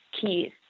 keys